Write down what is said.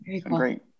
Great